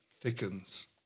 thickens